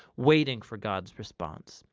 waiting for god's response,